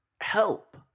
help